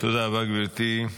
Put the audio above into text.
תודה רבה, גברתי.